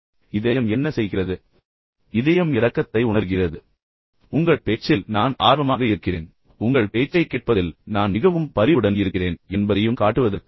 எனவே இதன் பொருள் என்னவென்றால் உடல் மற்ற நபரை நோக்கி சற்று சாய்ந்துள்ளது உங்கள் பேச்சில் நான் உண்மையில் ஆர்வமாக இருக்கிறேன் என்பதையும் உங்கள் பேச்சைக் கேட்பதில் நான் மிகவும் பரிவுடன் இருக்கிறேன் என்பதையும் காட்டுவதற்காக